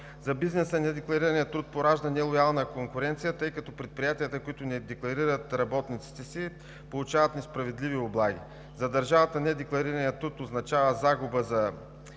За бизнеса недекларираният труд поражда нелоялна конкуренция, тъй като предприятията, които не декларират работниците си, получават несправедливи облаги. За държавата недекларираният труд означава загуба за